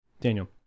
Daniel